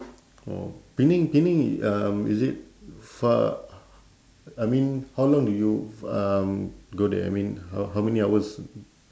oh penang penang um is it far I mean how long do you um go there I mean how how many hours